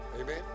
amen